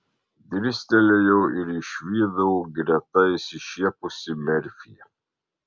dirstelėjau ir išvydau greta išsišiepusį merfį